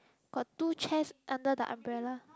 got two chairs under the umbrella